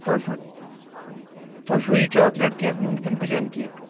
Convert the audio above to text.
تۄہہِ چھُو تۄہہِ چھُو یہِ چاکلیٹ کیک نیُن کِنہٕ پٕلین کیک